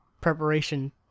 preparation